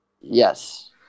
Yes